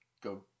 go